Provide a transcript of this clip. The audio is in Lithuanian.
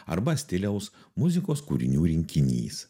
arba stiliaus muzikos kūrinių rinkinys